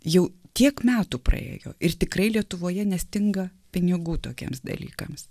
jau tiek metų praėjo ir tikrai lietuvoje nestinga pinigų tokiems dalykams